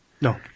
No